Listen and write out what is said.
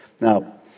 Now